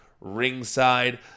ringside